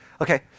Okay